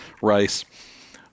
rice